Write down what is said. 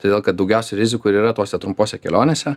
todėl kad daugiausiai rizikų ir yra tose trumpose kelionėse